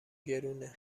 گرونه